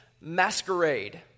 Masquerade